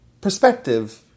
perspective